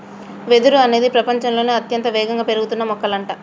వెదురు అనేది ప్రపచంలోనే అత్యంత వేగంగా పెరుగుతున్న మొక్కలంట